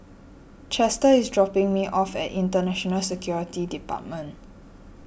Chester is dropping me off at Internal Security Department